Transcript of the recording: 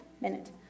Minute